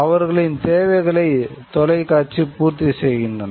அவர்களின் தேவைகளை தொலைக்காட்சி பூர்த்தி செய்கின்றன